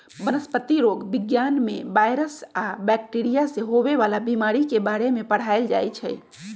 वनस्पतिरोग विज्ञान में वायरस आ बैकटीरिया से होवे वाला बीमारी के बारे में पढ़ाएल जाई छई